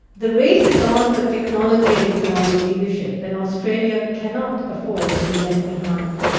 the race is on for technology and economic leadership, and australia cannot afford to be left behind.